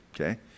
okay